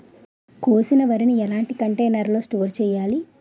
కోసిన వరిని ఎలాంటి కంటైనర్ లో స్టోర్ చెయ్యాలి?